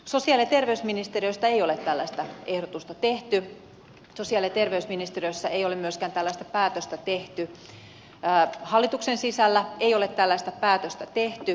sosiaali ja terveysministeriöstä ei ole tällaista ehdotusta tehty sosiaali ja terveysministeriössä ei ole myöskään tällaista päätöstä tehty hallituksen sisällä ei ole tällaista päätöstä tehty